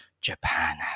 Japan